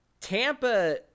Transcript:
Tampa